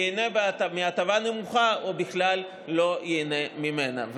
ייהנה מההטבה נמוכה או בכלל לא ייהנה ממנה.